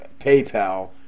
PayPal